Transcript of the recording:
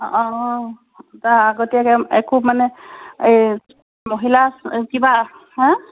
অঁ তা আগতীয়াকৈ একো মানে এই মহিলা কিবা হা